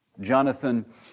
Jonathan